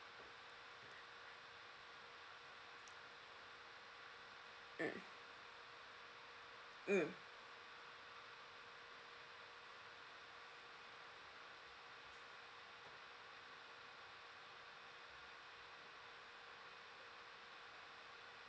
mm mm